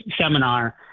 seminar